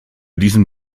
diesen